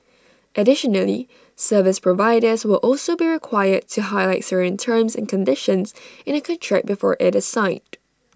additionally service providers will also be required to highlight certain terms and conditions in A contract before IT is signed